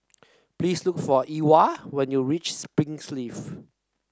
please look for Ewald when you reach Springleaf